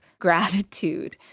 gratitude